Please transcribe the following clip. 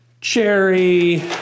cherry